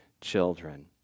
children